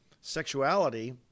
sexuality